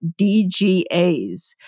DGAs